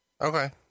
Okay